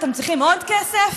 אתם צריכים עוד כסף?